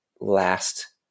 last